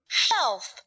shelf